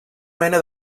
mena